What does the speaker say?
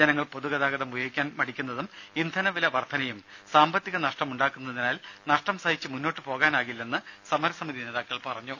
ജനങ്ങൾ പൊതു ഗതാഗതം ഉപയോഗിക്കാൻ മടിക്കുന്നതും ഇന്ധന വില വർധനയും സാമ്പത്തിക നഷ്ടമുണ്ടാക്കുന്നതിനാൽ നഷ്ടം സഹിച്ചു മുന്നോട്ടു പോകാനാകില്ലെന്നു സമര സമിതി നേതാക്കൾ പറഞ്ഞു